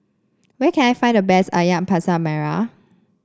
where can I find the best ayam Masak Merah